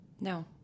No